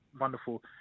wonderful